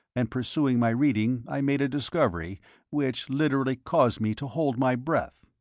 and pursuing my reading i made a discovery which literally caused me to hold my breath.